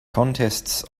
contests